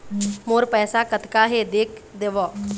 मोर पैसा कतका हे देख देव?